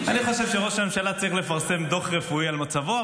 אני חושב שראש הממשלה צריך לפרסם דוח רפואי על מצבו,